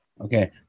okay